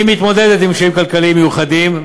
היא מתמודדת עם קשיים כלכליים מיוחדים,